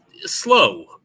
slow